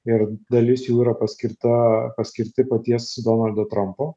ir dalis jų yra paskirta paskirti paties su donaldu trampu